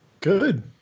Good